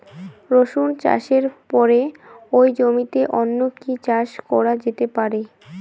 রসুন চাষের পরে ওই জমিতে অন্য কি চাষ করা যেতে পারে?